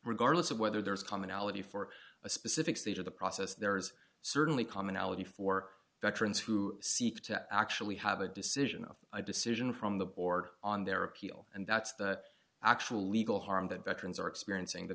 regardless of whether there is commonality for a specific stage of the process there is certainly commonality for veterans who seek to actually have a decision of my decision from the board on their appeal and that's the actual legal harm that veterans are experiencing the